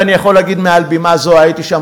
ואני יכול להגיד מעל בימה זו: הייתי שם